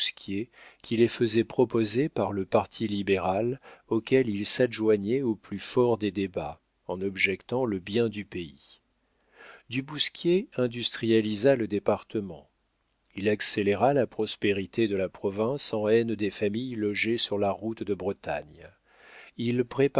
qui les faisait proposer par le parti libéral auquel il s'adjoignait au plus fort des débats en objectant le bien du pays du bousquier industrialisa le département il accéléra la prospérité de la province en haine des familles logées sur la route de bretagne il